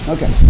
Okay